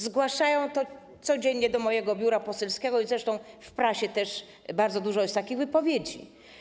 Zgłaszają to codziennie do mojego biura poselskiego, zresztą w prasie też jest bardzo dużo takich wypowiedzi.